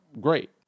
great